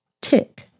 Tick